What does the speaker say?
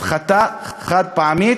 הפחתה חד-פעמית,